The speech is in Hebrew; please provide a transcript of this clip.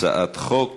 הצעת חוק